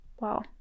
Wow